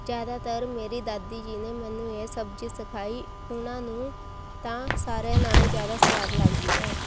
ਜ਼ਿਆਦਾਤਰ ਮੇਰੀ ਦਾਦੀ ਜੀ ਨੇ ਮੈਨੂੰ ਇਹ ਸਬਜ਼ੀ ਸਿਖਾਈ ਉਹਨਾਂ ਨੂੰ ਤਾਂ ਸਾਰਿਆਂ ਨਾਲੋਂ ਜ਼ਿਆਦਾ ਸਵਾਦ ਲੱਗਦੀ ਹੈ